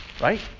Right